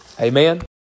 Amen